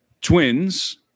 twins